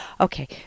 okay